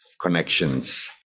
connections